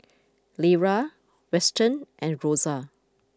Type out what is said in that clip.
Lera Weston and Rosa